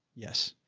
yes.